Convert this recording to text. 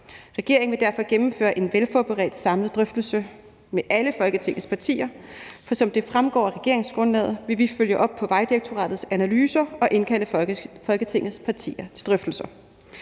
Regeringen vil derfor gennemføre en velforberedt samlet drøftelse med alle Folketingets partier, for som det fremgår af regeringsgrundlaget, vil vi følge op på Vejdirektoratets analyser og indkalde Folketingets partier til drøftelser.